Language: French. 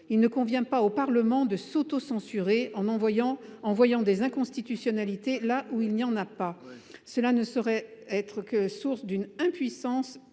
Il ne convient pas au Parlement de s’autocensurer en voyant des inconstitutionnalités là où il n’y en a pas ! Cela serait source d’une impuissance